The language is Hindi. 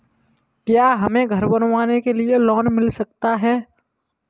क्या हमें घर बनवाने के लिए लोन मिल सकता है?